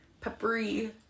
peppery